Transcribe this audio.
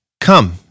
Come